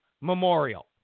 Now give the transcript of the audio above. Memorial